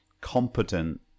competent